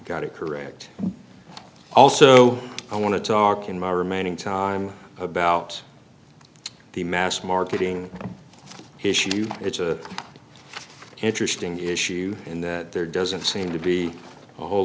it correct also i want to talk in my remaining time about the mass marketing his issue it's an interesting issue in that there doesn't seem to be a whole